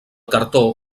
cartó